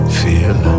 feel